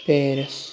Paris